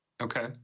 Okay